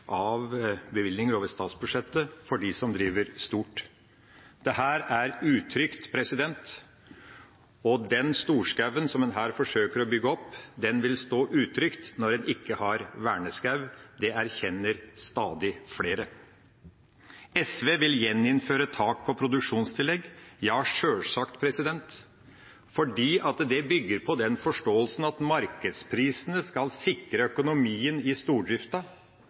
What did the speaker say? av bevilgninger over statsbudsjettet for dem som driver stort. Dette er utrygt, og den storskogen som en her forsøker å bygge opp, vil stå utrygt når en ikke har verneskog. Det erkjenner stadig flere. SV vil gjeninnføre tak på produksjonstillegg. Ja, sjølsagt, fordi det bygger på den forståelsen at markedsprisene skal sikre økonomien i stordrifta,